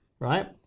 Right